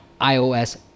iOS